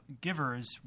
givers